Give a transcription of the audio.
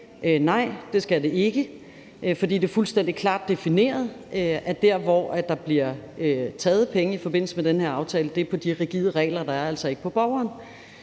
nej, det skal de ikke, for det er fuldstændig klart defineret, at der, hvor der bliver taget penge i forbindelse med den her aftale, er fra de rigide regler, der er, og altså ikke fra borgeren,